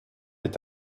est